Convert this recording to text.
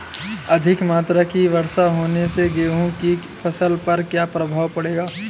अधिक मात्रा की वर्षा होने से गेहूँ की फसल पर क्या प्रभाव पड़ेगा?